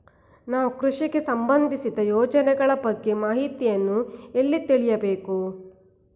ನಾವು ಕೃಷಿಗೆ ಸಂಬಂದಿಸಿದ ಯೋಜನೆಗಳ ಬಗ್ಗೆ ಮಾಹಿತಿಯನ್ನು ಎಲ್ಲಿ ತಿಳಿಯಬೇಕು?